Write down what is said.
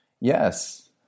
Yes